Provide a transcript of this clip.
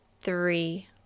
three